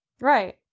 Right